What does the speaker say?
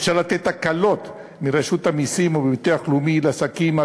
אפשר לתת הקלות מרשות המסים ומהביטוח הלאומי לעסקים,